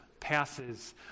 passes